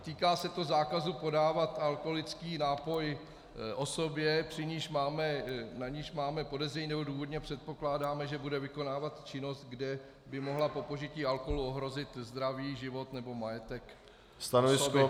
Týká se to zákazu podávat alkoholický nápoj osobě, na niž máme podezření, nebo důvodně předpokládáme, že bude vykonávat činnost, kde by mohla po požití alkoholu ohrozit zdraví, život nebo majetek osoby.